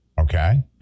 okay